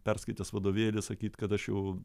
perskaitęs vadovėlį sakyt kad aš jau